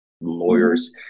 lawyers